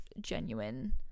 genuine